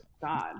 God